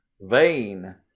vain